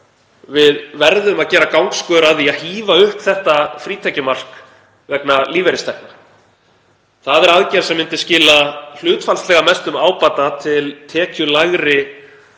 við verðum að gera gangskör að því að hífa upp þetta frítekjumark vegna lífeyristekna. Það er aðgerð sem myndi skila hlutfallslega mestum ábata til tekjulægra